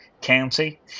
County